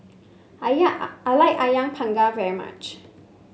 I I like ayam Panggang very much